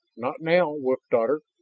not now, wolf daughter,